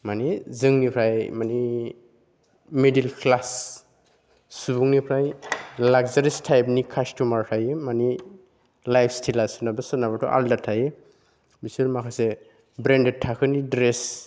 माने जोंनिफ्राय मानं मिडोल क्लास सुबुंनिफ्राय लाकजारिय्स टाइपनि कास्टमार थायो माने लाइफ स्टाइला सोरनाबा सोरनाबाथ' आलादा थायो बिसोर माखासे ब्रेन्डेड थाखोनि द्रेस